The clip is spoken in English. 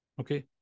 Okay